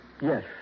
Yes